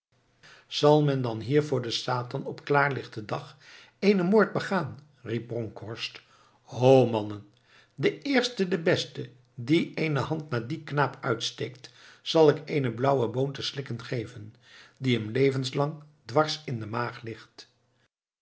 zal men dan hier voor den satan op klaarlichten dag eenen moord begaan riep bronkhorst ho mannen de eerste de beste die eene hand naar dien knaap uitsteekt zal ik eene blauwe boon te slikken geven die hem levenslang dwars in de maag ligt